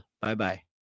Bye-bye